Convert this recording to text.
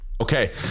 okay